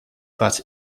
but